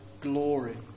glory